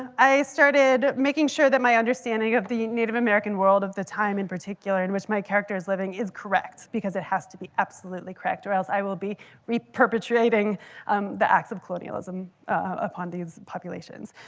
i started making sure that my understanding of the native american world of the time in particular in which my characters is living is correct. because it has to be absolutely correct or else i will be re-perpetrating um the acts of colonialism upon these populations.